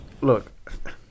look